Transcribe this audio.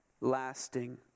lasting